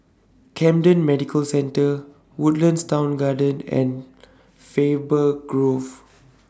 Camden Medical Centre Woodlands Town Garden and Faber Grove